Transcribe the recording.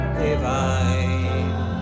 divine